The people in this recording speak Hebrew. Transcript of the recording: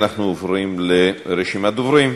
אנחנו עוברים לרשימת הדוברים.